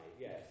Yes